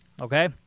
Okay